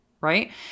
Right